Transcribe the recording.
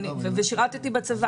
ושירתִּי בצבא,